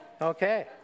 Okay